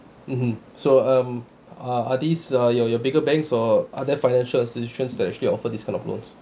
mmhmm so um uh are these uh your your bigger banks or other financial institutions that actually offer this kind of loans